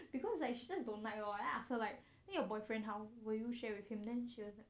because like she just don't like lor then I ask her like then your boyfriend how will you share with him then she was like